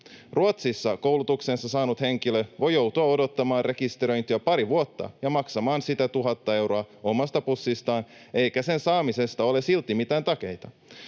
Ruotsissa koulutuksensa saanut henkilö voi joutua odottamaan rekisteröintiä pari vuotta ja maksamaan siitä 1 000 euroa omasta pussistaan eikä sen saamisesta ole silti mitään takeita.